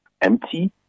empty